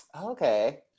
Okay